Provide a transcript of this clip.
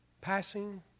passing